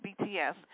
BTS